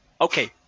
Okay